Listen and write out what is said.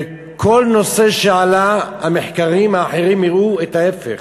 וכל נושא שעלה, המחקרים האחרים הראו את ההפך.